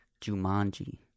Jumanji